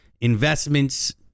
investments